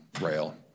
rail